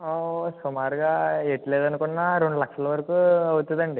సుమారుగా ఎటు లేదనుకున్నా రెండు లక్షల వరకు అవుతుందండి